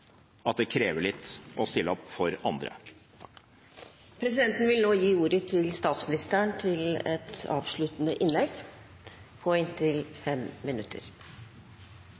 at det krever litt å stille opp for andre. Presidenten vil nå gi ordet til statsministeren til et avsluttende innlegg på inntil 5 minutter.